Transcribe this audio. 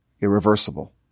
irreversible